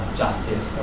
justice